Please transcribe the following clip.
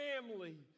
family